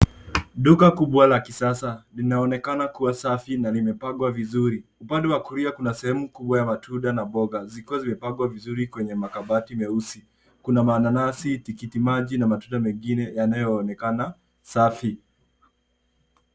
Duka kubwa la kisasa linaonekana kuwa safi na limepangwa vizuri. Upande wa kulia kuna sehemu kubwa ya matunda na mboga zikiwa zimepangwa vizuri kwenye makabati meusi. Kuna mananasi, tikitikimaji na matunda mengine yanayoonekana safi.